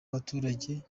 abaturage